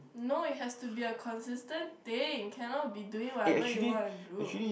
no it has to be a consistent thing cannot be doing whatever you want to do